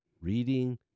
reading